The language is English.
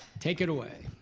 take it away.